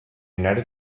united